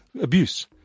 Abuse